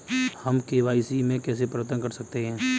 हम के.वाई.सी में कैसे परिवर्तन कर सकते हैं?